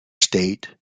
state